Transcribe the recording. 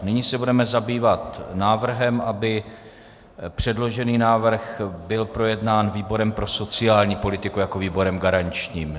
Nyní se budeme zabývat návrhem, aby předložený návrh byl projednán výborem pro sociální politiku jako výborem garančním.